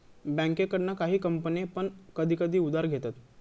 बँकेकडना काही कंपने पण कधी कधी उधार घेतत